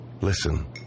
listen